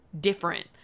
different